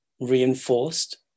reinforced